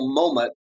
moment